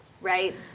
right